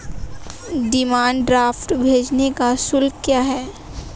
Demand draft भेजने का शुल्क क्या है?